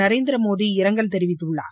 நரேந்திரமோடி இரங்கல் தெரிவித்துள்ளார்